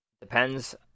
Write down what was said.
depends